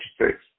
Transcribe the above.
six